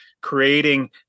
creating